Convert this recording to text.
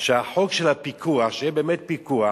שהחוק של הפיקוח, שיהיה באמת פיקוח.